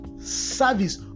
service